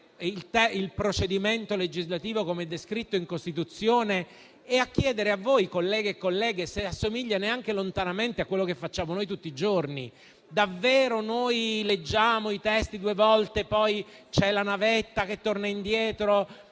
il procedimento legislativo come descritto in Costituzione e a chiederci, colleghi e colleghe, se assomiglia neanche lontanamente a quello che facciamo tutti i giorni: davvero leggiamo i testi due volte, poi c'è la navetta che torna indietro?